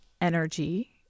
energy